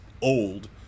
old